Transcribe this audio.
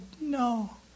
no